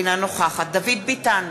אינה נוכחת דוד ביטן,